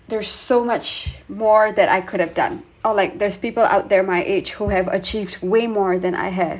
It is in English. there's so much more that I could've done or like there's people out there my age who have achieved way more than I have